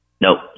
Nope